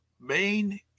main